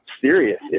serious